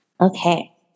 okay